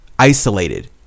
isolated